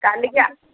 କାଲିକି ଆସ